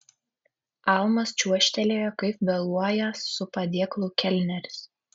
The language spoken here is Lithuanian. albas čiuožtelėjo kaip vėluojąs su padėklu kelneris